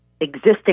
existing